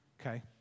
Okay